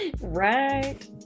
Right